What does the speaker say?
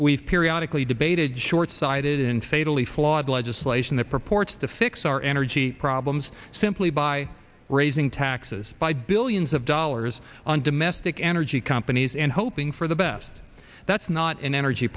we've periodical debated shortsighted in fatally flawed legislation that purports to fix our energy problems simply by raising taxes by billions of dollars on domestic energy companies and hoping for the best that's not an energy